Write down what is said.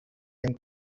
can